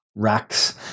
racks